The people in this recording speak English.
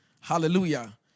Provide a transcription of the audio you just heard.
hallelujah